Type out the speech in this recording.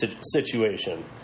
situation